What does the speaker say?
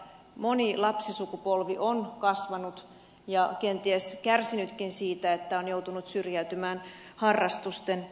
moni lapsisukupolvi on kasvanut ja kenties kärsinytkin siitä että on joutunut syrjäytymään harrastusten piiristä